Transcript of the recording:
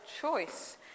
choice